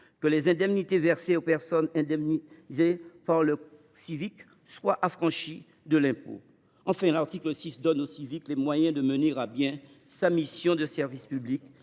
que les indemnités versées par le Civic soient affranchies de l’impôt. Enfin, l’article 6 donne au Civic les moyens de mener à bien sa mission de service public